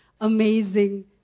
amazing